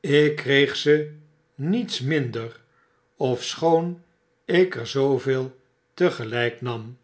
ik kreeg ze niets minder ofschoon ik er zooveel tegelyk nam